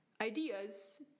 ideas